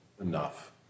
enough